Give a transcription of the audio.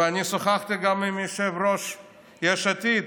ואני שוחחתי גם עם יושב-ראש יש עתיד,